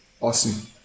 Awesome